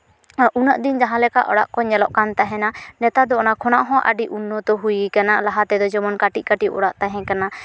ᱩᱱᱟᱹᱜ ᱫᱤᱱ ᱡᱟᱦᱟᱸᱞᱮᱠᱟ ᱚᱲᱟᱜ ᱠᱚ ᱧᱮᱞᱚᱜ ᱠᱟᱱ ᱛᱟᱦᱮᱱᱟ ᱱᱮᱛᱟᱨ ᱫᱚ ᱚᱱᱟ ᱠᱷᱚᱱᱟᱜ ᱦᱚᱸ ᱟᱹᱰᱤ ᱩᱱᱱᱚᱛᱚ ᱦᱩᱭᱟᱠᱟᱱᱟ ᱞᱟᱦᱟ ᱛᱮᱫᱚ ᱡᱮᱢᱚᱱ ᱠᱟᱹᱴᱤᱡᱼᱠᱟᱹᱴᱤᱡ ᱚᱲᱟᱜ ᱛᱟᱦᱮᱸᱠᱟᱱᱟ